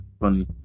funny